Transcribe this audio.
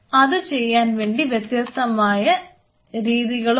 അതു ചെയ്യാൻ വേണ്ടി വ്യത്യസ്തമായ രീതികളുമുണ്ട്